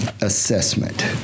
assessment